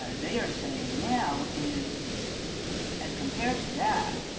ah they are saying now is as compared to that,